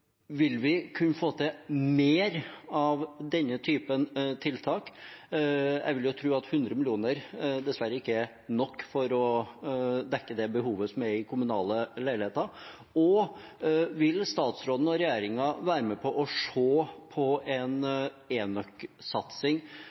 Vil vi kunne få til mer av denne typen tiltak? Jeg vil tro at 100 mill. kr dessverre ikke er nok for å dekke det behovet som er i kommunale leiligheter. Og vil statsråden og regjeringen være med på å se på en